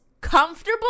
comfortable